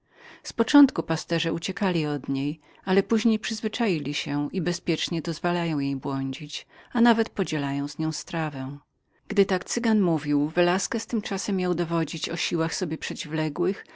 z początku uciekali od niej ale dziś przyzwyczaili się i bezpiecznie dozwalają jej błądzić a nawet podzielają z nią strawę gdy tak cygan mówił velasquez tymczasem jął dowodzić o siłach sobie przeciwległych